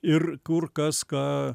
ir kur kas ką